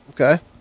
Okay